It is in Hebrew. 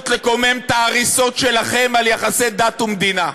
לקומם את ההריסות שלכם ביחסי דת ומדינה.